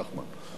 נחמן?